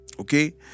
Okay